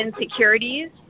insecurities